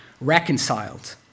reconciled